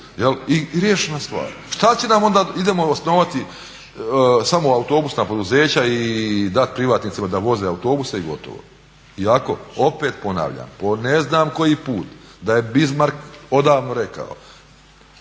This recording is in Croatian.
i riješena stvar. Šta će nam onda, idemo osnovati samo autobusna poduzeća i dati privatnicima da voze autobuse i gotovo. Iako, opet ponavljam, po ne znam koji put da je Bismarck je odavno rekao,